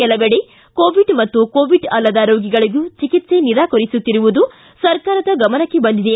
ಕೆಲವೆಡೆ ಕೋವಿಡ್ ಹಾಗೂ ಕೋವಿಡ್ ಅಲ್ಲದ ರೋಗಿಗಳಿಗೂ ಚಿಕಿತ್ಸೆ ನಿರಾಕರಿಸುತ್ತಿರುವುದು ಸರ್ಕಾರದ ಗಮನಕ್ಕೆ ಬಂದಿದೆ